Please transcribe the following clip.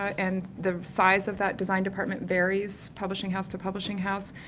and the size of that design department varies publishing house to publishing house.